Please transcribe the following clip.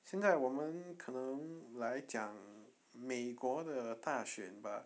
现在我们可能来讲美国的大选 bah